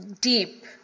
deep